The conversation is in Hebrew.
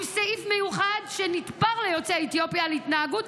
עם סעיף מיוחד שנתפר ליוצאי אתיופיה על התנהגות,